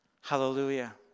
Hallelujah